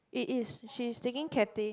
it is she is taking Cathay